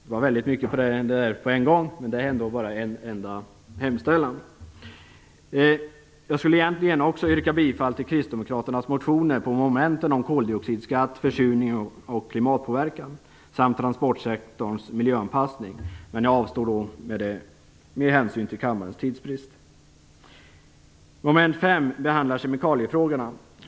Det var väldigt mycket på en gång, och det är ändå bara en enda hemställanspunkt. Jag skulle egentligen också yrka bifall till kristdemokraternas motioner under momenten om koldioxidskatt m.m., försurning och klimatpåverkan samt transportsektorns miljöanpassning, men jag avstår från det med hänsyn till kammarens tidsbrist. Under mom. 5 behandlas kemikaliefrågorna.